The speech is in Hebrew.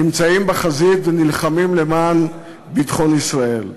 נמצאים בחזית ונלחמים למען ביטחון ישראל.